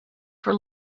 for